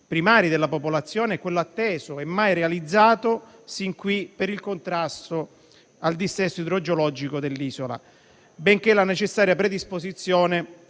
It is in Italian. primari della popolazione; un piano atteso, sin qui mai realizzato, per il contrasto al dissesto idrogeologico dell'isola, benché la necessaria predisposizione